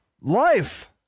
life